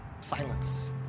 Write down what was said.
silence